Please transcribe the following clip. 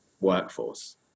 workforce